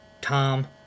Tom